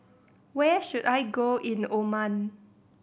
where should I go in Oman